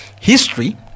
history